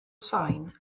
sain